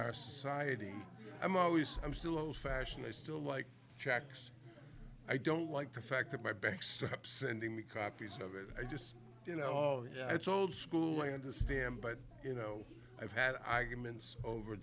our society i'm always i'm still old fashioned i still like checks i don't like the fact that my bank stop sending me copies of it i just you know yeah it's old school i understand but you know i've had i commence over